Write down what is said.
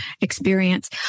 experience